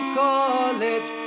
college